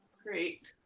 great.